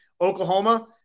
Oklahoma